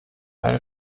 eine